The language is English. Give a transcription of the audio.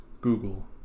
Google